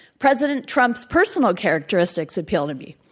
president trump's personal characteristics appeal to me.